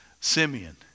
Simeon